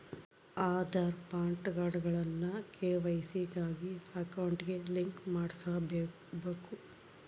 ಆದಾರ್, ಪಾನ್ಕಾರ್ಡ್ಗುಳ್ನ ಕೆ.ವೈ.ಸಿ ಗಾಗಿ ಅಕೌಂಟ್ಗೆ ಲಿಂಕ್ ಮಾಡುಸ್ಬಕು